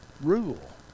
rule